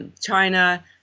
China